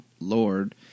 Lord